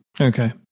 Okay